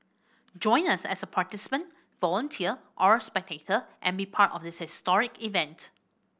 join us as a participant volunteer or spectator and be part of this historic event